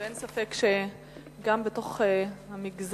אין ספק שגם בתוך המגזר,